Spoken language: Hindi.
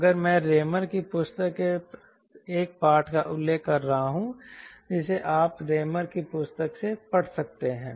और मैं रेमर की पुस्तक के एक पाठ का उल्लेख कर रहा हूं जिसे आप रेमर की पुस्तक से पढ़ सकते हैं